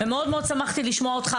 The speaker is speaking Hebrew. מאוד מאוד שמחתי לשמוע אותך,